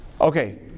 Okay